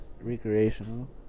recreational